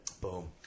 Boom